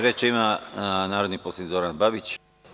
Reč ima narodni poslanik Zoran Babić.